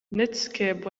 netscape